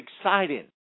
exciting